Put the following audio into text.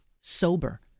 sober